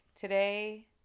Today